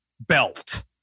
belt